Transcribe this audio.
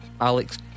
Alex